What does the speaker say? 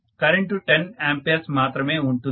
current 10 A మాత్రమే ఉంటుంది